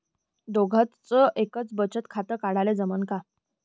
दोघाच एकच बचत खातं काढाले जमनं का?